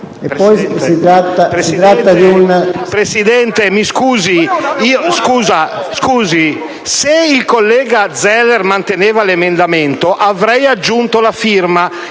Presidente, mi scusi, se il collega Zeller avesse mantenuto l’emendamento, io avrei aggiunto la firma.